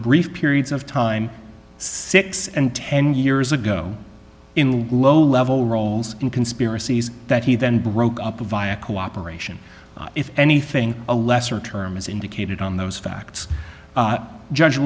brief periods of time six and ten years ago in a low level roles in conspiracies that he then broke up via cooperation if anything a lesser term is indicated on those facts judge